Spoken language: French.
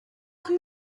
rue